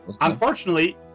unfortunately